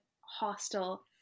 hostile